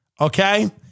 Okay